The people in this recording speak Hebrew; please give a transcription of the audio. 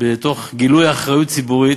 תוך גילוי אחריות ציבורית,